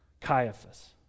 Caiaphas